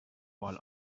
vol